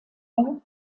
der